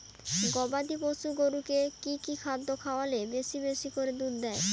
গবাদি পশু গরুকে কী কী খাদ্য খাওয়ালে বেশী বেশী করে দুধ দিবে?